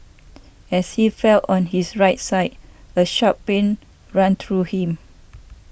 as he fell on his right side a sharp pain ran through him